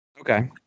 Okay